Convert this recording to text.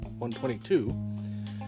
122